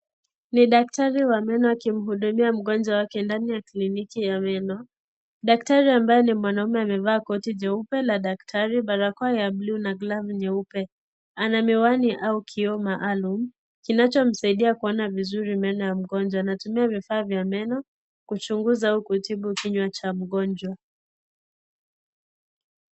Ni daktari wa meno akimuhudumia mgonjwa wake ndani ya kliniki ya meno. Daktari ambaye ni mwanaume amevaa koti jeupe la daktari, barakoa ya buluu na glavu nyeupe. Ana miwani au kioo maalum, kinachomsaidia kuona vizuri meno ya mgonjwa. Anatumia vifaa vya meno kuchunguza au kutibu kinywa cha mgonjwa.